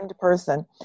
person